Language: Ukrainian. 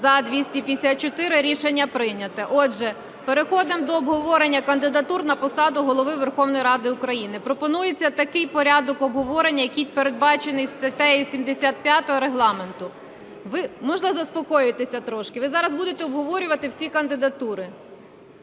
За-254 Рішення прийнято. Отже, переходимо до обговорення кандидатур на посаду Голови Верховної Ради України. Пропонується такий порядок обговорення, який передбачений статтею 75 Регламенту. Можна заспокоїтеся трошки, ви зараз будете обговорювати всі кандидатури.